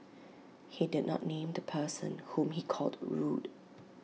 he did not name the person whom he called rude